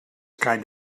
kind